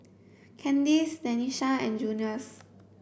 Kandice Denisha and Junious